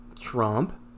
Trump